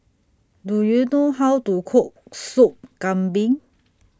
Do YOU know How to Cook Soup Kambing